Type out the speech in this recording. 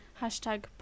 hashtag